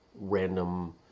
random